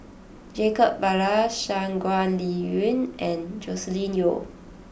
Jacob Ballas Shangguan Liuyun and Joscelin Yeo